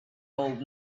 old